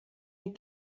ein